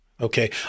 Okay